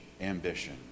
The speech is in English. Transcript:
ambition